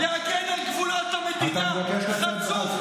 תשלח את הילדים שלך לשרת בצבא.